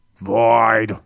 Void